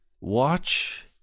watch